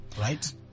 right